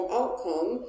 outcome